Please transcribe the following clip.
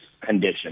condition